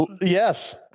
Yes